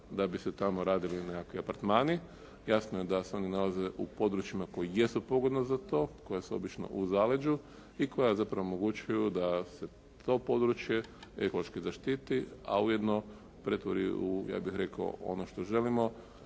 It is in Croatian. da bi se tamo radili nekakvi apartmani. Jasno je da se oni nalaze u područjima koja jesu pogodna za to, koja su obično u zaleđu i koja zapravo omogućuju da se to područje ekološki zaštiti, a ujedno pretvori ja bih rekao u ono što želimo,